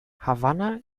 havanna